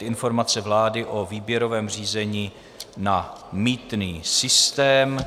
Informace vlády o výběrovém řízení na mýtný systém